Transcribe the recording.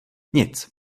nic